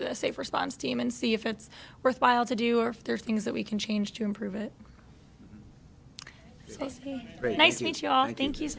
a safe response team and see if it's worthwhile to do or if there are things that we can change to improve it very nice to meet ya i think he's